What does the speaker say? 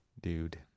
dude